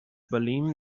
venim